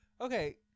Okay